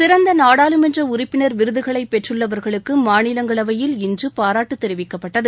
சிறந்த நாடாளுமன்ற உறுப்பினர் விருதுகளைப் பெற்றுள்ளவர்களுக்கு மாநிலங்களவையில் இன்று பாராட்டு தெரிவிக்கப்பட்டது